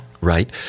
Right